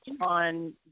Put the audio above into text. on